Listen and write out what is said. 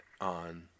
on